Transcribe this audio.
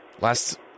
Last